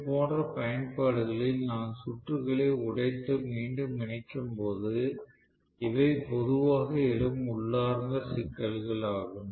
இதுபோன்ற பயன்பாடுகளில் நான் சுற்றுகளை உடைத்து மீண்டும் இணைக்கும் போது இவை பொதுவாக எழும் உள்ளார்ந்த சிக்கல்களாகும்